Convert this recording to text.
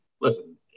Listen